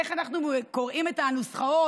איך אנחנו קוראים את הנוסחאות,